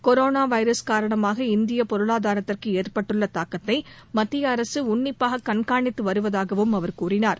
corona virus காரணமாக இந்திய பொருளாதாரத்திற்கு ஏற்பட்டுள்ள தாக்கத்தை மத்திய அரசு உன்னிப்பாக கண்காணித்து வருவதாகவும் அவர் கூறினார்